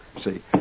See